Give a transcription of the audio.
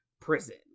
prison